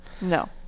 no